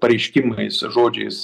pareiškimais žodžiais